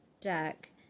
deck